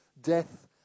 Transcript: death